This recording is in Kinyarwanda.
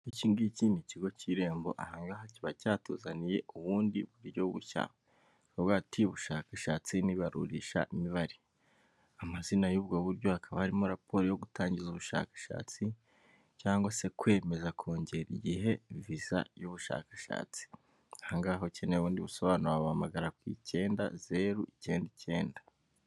Iki ngiki ni kigo cy'irembo, aha ngaha kiba cyatuzaniye ubundi buryo bushya bukubwira ati ubushakashatsi n'ibarurishamibare, amazina y'ubwo buryo hakaba harimo raporo yo gutangiza ubushakashatsi cyangwa se kwemeza kongera igihe viza y'ubushakashatsi. Aha ngaha ukeneye ubundi busobanuro wabahamagana ku icyenda zeru icyenda icyenda.